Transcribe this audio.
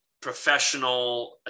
professional